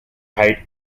height